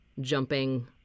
jumping